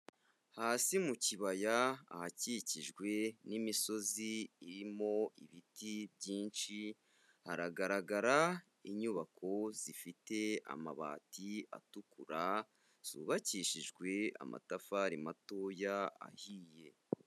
Hasi mu kibaya ahakikijwe n'imisozi irimo ibiti byinshi, hagaragara inyubako zifite amabati atukura zubakishijwe amatafari matoya ahiye.